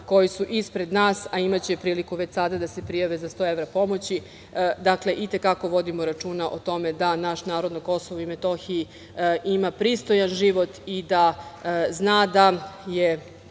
koji su ispred nas, a imaće priliku da se prijave za 100 evra pomoći. Dakle, i te kako vodimo računa o tome da naš narod na Kosovu ima pristojan život i da zna da je